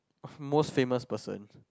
most famous person